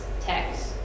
text